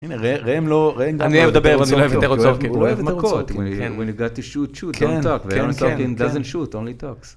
ראם , ראם לא , אני אדבר ואני לא אוהב את זה. הוא אוהב מכות , shot shot , don't talk כן כן